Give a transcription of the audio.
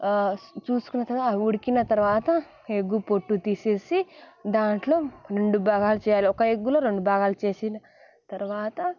చూసుకున్న తరువాత ఉడికిన తరువాత ఎగ్గు పొట్టు తీసేసి దాంట్లో రెండు భాగాలు చేయాలి ఒక ఎగ్గులో రెండు భాగాలు చేసిన తర్వాత